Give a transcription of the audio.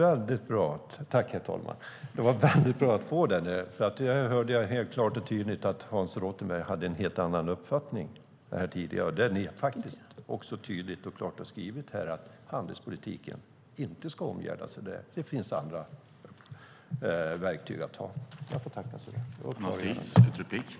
Herr talman! Det var bra att få det svaret. Jag hörde tidigare klart och tydligt att Hans Rothenberg hade en helt annan uppfattning. Ni har tydligt och klart skrivit här att handelspolitiken inte ska omgärdas av dessa punkter utan att det finns andra verktyg.